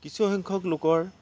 কিছু সংখ্যক লোকৰ